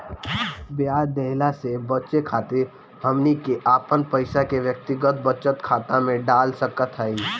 ब्याज देहला से बचे खातिर हमनी के अपन पईसा के व्यक्तिगत बचत खाता में डाल सकत हई